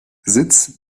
sitz